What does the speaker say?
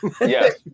Yes